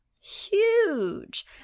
huge